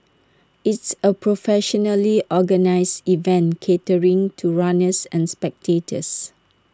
it's A professionally organised event catering to runners and spectators